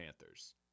Panthers